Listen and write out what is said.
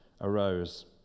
arose